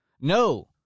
No